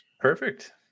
Perfect